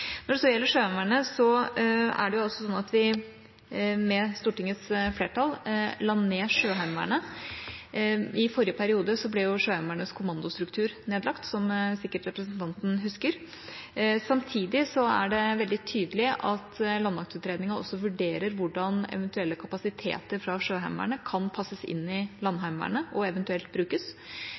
Når det gjelder Sjøheimevernet, er det også sånn at man med Stortingets flertall la ned Sjøheimevernet. I forrige periode ble Sjøheimevernets kommandostruktur nedlagt, som representanten sikkert husker. Samtidig er det veldig tydelig at landmaktutredningen også vurderer hvordan eventuelle kapasiteter fra Sjøheimevernet kan passes inn i Landheimevernet – og eventuelt brukes.